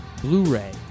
Blu-ray